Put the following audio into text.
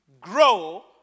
grow